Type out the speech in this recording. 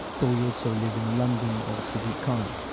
but we also live in the london of sadiq khan